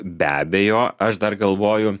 be abejo aš dar galvoju